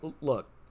look